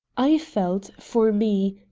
i felt, for me,